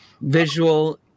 Visual